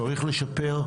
צריך לשפר.